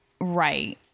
right